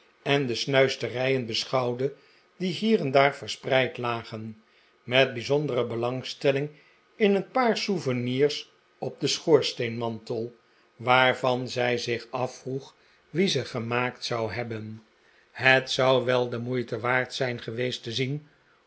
en de snuisterijen beschouwde die hier en daar verspreid lagen met bijzondere belangstelling in een paar souvenirs op den schoorsteenmantel waarvan zij zich afvroeg wie ze gemaakt zou hebben het zou wel de moeite waard zijn geweest te zien